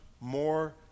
more